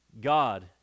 God